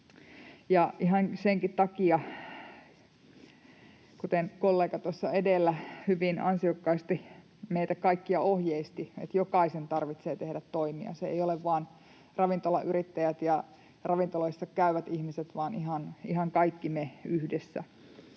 ihan senkin takia, kuten kollega tuossa edellä hyvin ansiokkaasti meitä kaikkia ohjeisti, jokaisen tarvitsee tehdä toimia, se ei ole vain ravintolayrittäjät ja ravintoloissa käyvät ihmiset vaan ihan kaikki me yhdessä.